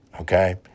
okay